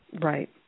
Right